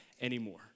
anymore